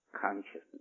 consciousness